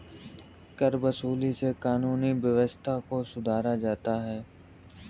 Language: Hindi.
करवसूली से कानूनी व्यवस्था को सुधारा जाता है